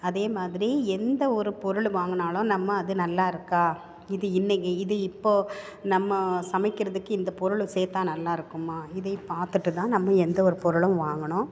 அதே மாதிரி எந்த ஒரு பொருள் வாங்கினாலும் நம்ம அது நல்லாயிருக்கா இது இன்னைக்கு இது இப்போது நம்ம சமைக்கிறதுக்கு இந்த பொருள் சேர்த்தா நல்லாயிருக்குமா இதை பாத்துட்டு தான் நம்ம எந்த ஒரு பொருளும் வாங்கணும்